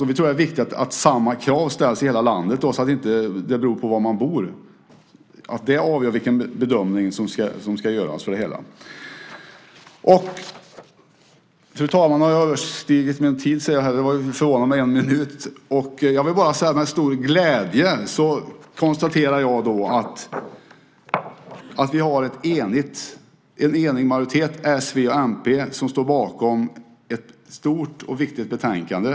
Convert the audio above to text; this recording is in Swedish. Vi tror att det är viktigt att samma krav ställs i hela landet så att det inte beror på var man bor, så att det inte avgör vilken bedömning som görs. Fru talman! Jag ser att jag har överskridit min talartid med en minut. Det förvånar mig. Jag vill bara säga att det är med stor glädje jag konstaterar att vi har en enig majoritet, s, v och mp, som står bakom ett stort och viktigt betänkande.